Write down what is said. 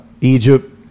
Egypt